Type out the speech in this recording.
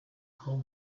call